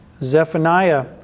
Zephaniah